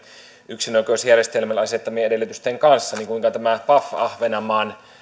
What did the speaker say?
yksinoikeusjärjestelmälle asettamien edellytysten kanssa niin kuinka tämä paf ahvenanmaan